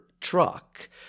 truck